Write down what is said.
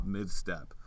mid-step